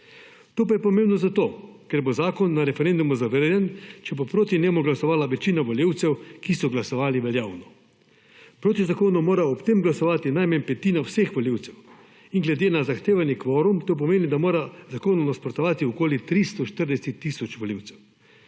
To pa je pomembno zato, ker bo zakon na referendumu zavrnjen, če bo proti njemu glasovala večina volivcev, ki so glasovali veljavno. Priti zakonu mora ob tem glasovati najmanj petina vseh volivcev in glede na zahtevni kvorum to pomeni, da mora zakonu nasprotovati okoli 340 tisoč volivcev.